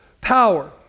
power